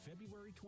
february